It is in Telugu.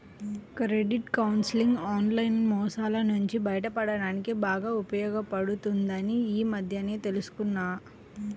క్రెడిట్ కౌన్సిలింగ్ ఆన్లైన్ మోసాల నుంచి బయటపడడానికి బాగా ఉపయోగపడుతుందని ఈ మధ్యనే తెల్సుకున్నా